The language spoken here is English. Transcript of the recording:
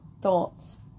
thoughts